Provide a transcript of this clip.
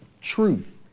truth